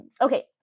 Okay